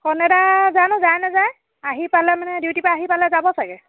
কণ দাদা জানো যায় নাযায় আহি পালে মানে ডিউটীপৰা আহি পালে যাব চাগৈ